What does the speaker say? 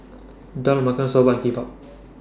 Dal Makhani Soba and Kimbap